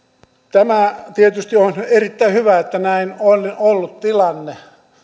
tämä tietysti on erittäin hyvä että näin on ollut tilanne